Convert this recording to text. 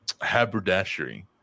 Haberdashery